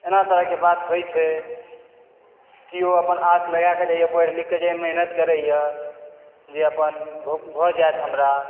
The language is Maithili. एना तरहके बात होइत छै कि ओ अपन आस लगाके जाइए पढ़ि लिखके जाइए मेहनत करेए जे अपन भऽ जाइत हमरा